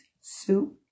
soup